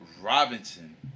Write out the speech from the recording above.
Robinson